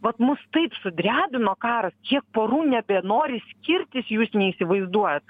vat mus taip sudrebino karas kiek porų nebenori skirtis jūs neįsivaizduojat